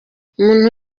ukuntu